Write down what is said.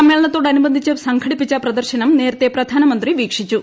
സമ്മേളനത്തോടനുബന്ധിച്ച് സംഘടിപ്പിച്ച പ്രദർശനം നേരത്തെ പ്രധാനമന്ത്രി വീക്ഷിച്ചു